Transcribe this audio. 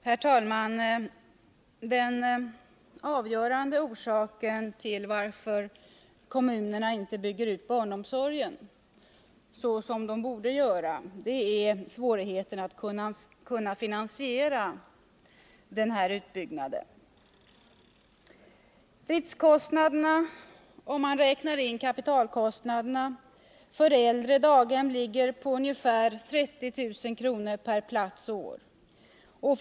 Herr talman! Den avgörande orsaken till att kommunerna inte bygger ut barnomsorgen så som de borde göra är svårigheten att finansiera utbyggnaden. Driftkostnaderna — om man räknar in kapitalkostnaderna — för äldre daghem ligger på ungefär 30 000 kr. per plats och år.